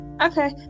okay